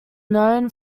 known